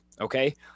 okay